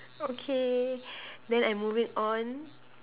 okay then I move it on